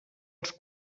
els